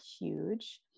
huge